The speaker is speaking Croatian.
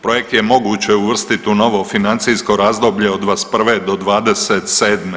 Projekt je moguće uvrstiti u novo financijsko razdoblje 21'.-'27.